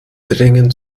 dringend